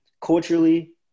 culturally